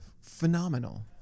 Phenomenal